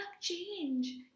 change